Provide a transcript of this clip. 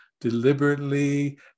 deliberately